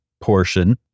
portion